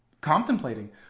contemplating